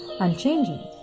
unchanging